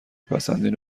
پسندین